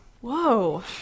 Whoa